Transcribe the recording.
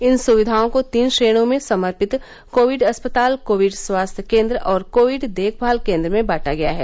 इन सुविधाओं को तीन श्रेणियों में समर्पित कोविड अस्पताल कोविड स्वास्थ्य केंद्र और कोविड देखभाल केंद्र में बांटा गया है